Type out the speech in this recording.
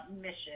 Mission